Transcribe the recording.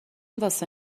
واسه